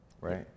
right